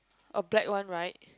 a black one right